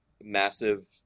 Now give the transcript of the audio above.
massive